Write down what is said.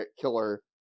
Killer